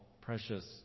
precious